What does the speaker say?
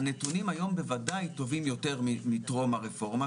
הנתונים היום בוודאי טובים יותר מטרום הרפורמה,